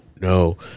no